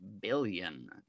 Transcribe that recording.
billion